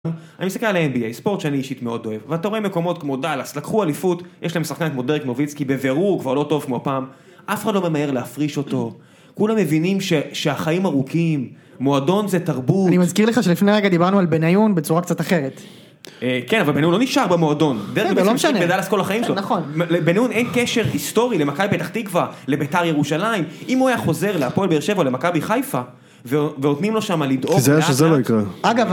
אני מסתכל על NBA, ספורט שאני אישית מאוד אוהב ואתה רואה מקומות כמו דאלאס, לקחו אליפות יש להם שחקן כמו דרק מוביצקי, בבירור הוא כבר לא טוב כמו פעם, אף אחד לא ממהר להפריש אותו, כולם מבינים שהחיים ארוכים, מועדון זה תרבות. אני מזכיר לך שלפני רגע דיברנו על בניון בצורה קצת אחרת. אה, כן, אבל בניון לא נשאר במועדון, כן, זה לא משנה, דרק מוביצקי בדאלאס כל החיים שלו, נכון, לבניון אין קשר היסטורי למכבי פתח תקווה, לבית"ר ירושלים אם הוא היה חוזר להפועל באר שבע או למכבי חיפה ונותנים לו שמה לדאוג, תיזהר שזה לא יקרה